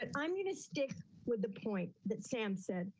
but i'm going to stick with the point that sam said,